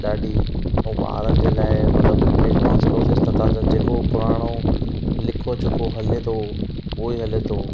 ॾाढी ऐं ॿारनि जे लाइ मतिलब एडवांस कोर्सेस नथा अचनि जेको पुराणो लिखो चुको हले थो ऊहो ई हले थो